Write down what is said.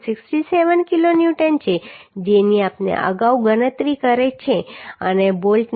67 kilonewton છે જેની આપણે અગાઉ ગણતરી કરી છે અને બોલ્ટની કિંમત 37